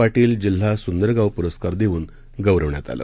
पाटील जिल्हा सुंदर गाव पुरस्कार देऊन गौरवण्यात आलं